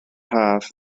haf